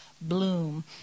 bloom